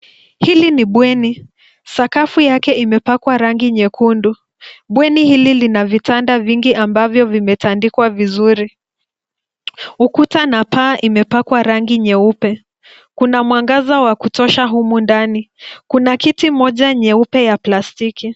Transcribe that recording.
Hili ni bweni, sakafu yake imepakwa rangi nyekundu, bweni hili lina vitanda vingi ambavyo vimetandikwa vizuri. Ukuta na paa imepakwa rangi nyeupe kuna mwangaza wa kutosha humu ndani. Kuna kiti moja nyeupe ya plastiki.